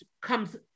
comes